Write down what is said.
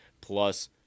plus